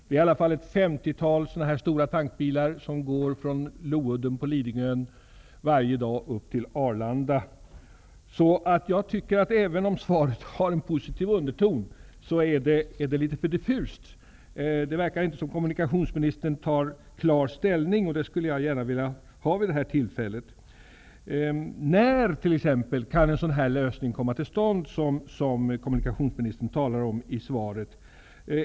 Det är i alla fall ett femtiotal stora tankbilar som varje dag går från Loudden på Även om svaret har en positiv underton är det litet för diffust. Det verkar inte som om kommunikationsministern tar klar ställning, och det skulle jag gärna vilja att han gjorde vid det här tillfället. När kan t.ex. en sådan lösning som kommunikationsministern talar om i svaret komma till stånd?